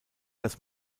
dass